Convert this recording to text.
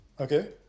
okay